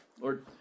Lord